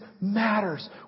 matters